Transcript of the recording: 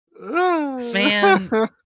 man